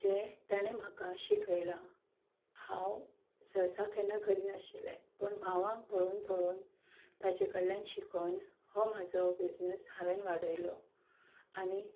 जें तेणें म्हाका शिकयलां हांव केन्ना करिनाशिल्लें पूण मावांक पळोवन पळोवन ताचे कडल्यान शिकून हो म्हजो बिझनस हांवें वाडयलो आनी